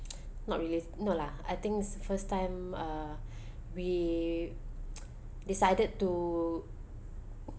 not really no lah I think first time uh we decided to